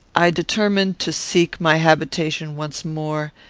i determined to seek my habitation once more,